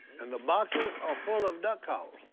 and the boxes are full of duck calls.